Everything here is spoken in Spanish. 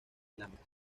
islámicas